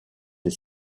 des